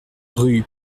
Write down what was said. rue